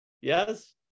yes